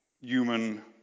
human